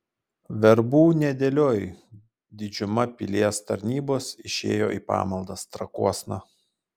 verbų nedėlioj didžiuma pilies tarnybos išėjo į pamaldas trakuosna